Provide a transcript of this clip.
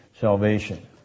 salvation